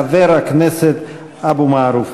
חבר הכנסת אבו מערוף.